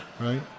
right